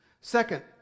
Second